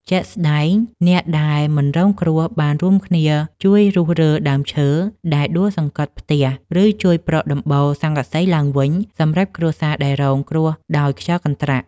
ជាក់ស្តែង អ្នកដែលមិនរងគ្រោះបានរួមគ្នាជួយរុះរើដើមឈើដែលដួលសង្កត់ផ្ទះ ឬជួយប្រក់ដំបូលស័ង្កសីឡើងវិញ សម្រាប់គ្រួសារដែលរងគ្រោះដោយខ្យល់កន្ត្រាក់។